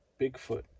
Bigfoot